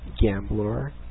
Gambler